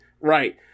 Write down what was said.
right